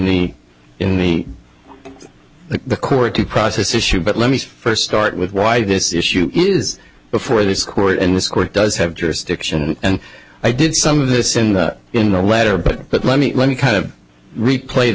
in the court the process issue but let me first start with why this issue is before this court and this court does have jurisdiction and i did some of this in the in the letter but but let me let me kind of replay